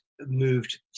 moved